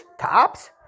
Tops